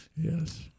Yes